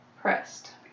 pressed